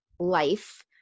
Life